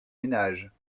ménages